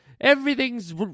Everything's